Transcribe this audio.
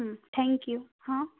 હમ્મ થેક્યું હં